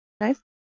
nice